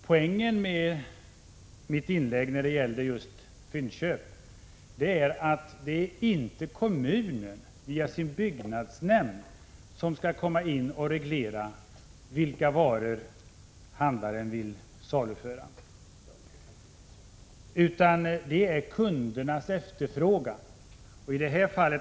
Poängen med mitt inlägg om Fyndköp är att det inte är kommunen som via sin byggnadsnämnd skall gå in och reglera vilka varor handlaren skall saluföra, utan det är kundernas efterfrågan.